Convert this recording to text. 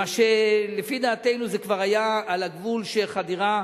לפי דעתנו זה כבר היה על גבול החדירה